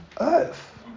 earth